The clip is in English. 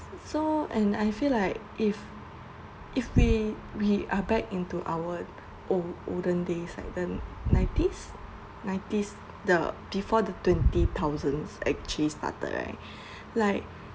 so and I feel like if if we we are back into our old olden days like the nineties nineties the before the twenty thousands actually started right like